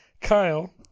Kyle